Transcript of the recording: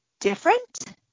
different